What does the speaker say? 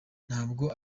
ntabwo